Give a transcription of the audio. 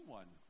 one